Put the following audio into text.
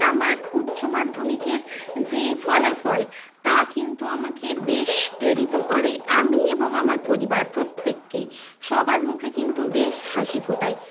আমার উচ্চ মাধ্যমিকের যে ফলাফল তা কিন্তু আমাকে বেশ প্রেরিত করে আমি এবং আমার পরিবার প্রত্যেককেই সবার মুখে কিন্তু বেশ হাসি ফোটাই